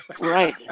Right